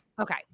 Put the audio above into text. okay